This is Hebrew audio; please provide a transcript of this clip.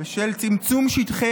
בשל צמצום שטחי